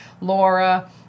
Laura